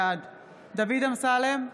בעד דוד אמסלם,